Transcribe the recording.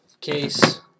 case